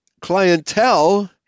clientele